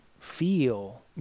feel